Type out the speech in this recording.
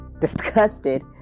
disgusted